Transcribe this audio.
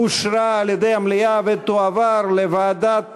אושרה על-ידי המליאה ותועבר לוועדת